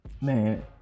man